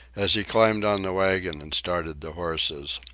as he climbed on the wagon and started the horses.